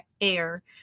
air